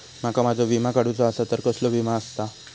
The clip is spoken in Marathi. माका माझो विमा काडुचो असा तर कसलो विमा आस्ता?